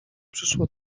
przyszło